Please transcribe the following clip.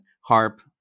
harp